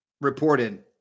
reported